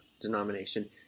denomination